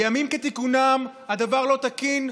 בימים כתיקונם הדבר לא תקין,